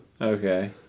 Okay